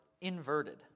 inverted